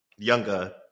younger